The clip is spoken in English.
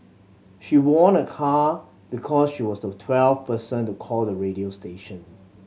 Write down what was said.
she won a car because she was the twelfth person to call the radio station